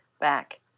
back